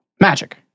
Magic